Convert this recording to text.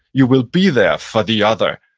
you will be there for the other,